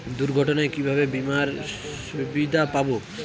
দুর্ঘটনায় কিভাবে বিমার সুবিধা পাব?